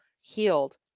healed